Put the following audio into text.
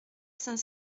cinq